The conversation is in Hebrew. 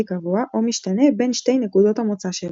קבוע או משתנה בין שתי נקודות המוצא שלו.